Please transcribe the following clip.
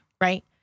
right